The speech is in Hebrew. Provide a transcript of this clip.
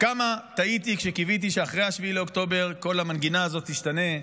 וכמה טעיתי כשקיוויתי שאחרי 7 באוקטובר כל המנגינה הזאת תשתנה,